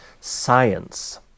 Science